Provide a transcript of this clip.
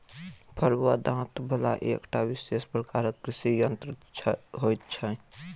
फरूआ दाँत बला एकटा विशेष प्रकारक कृषि यंत्र होइत छै